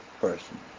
person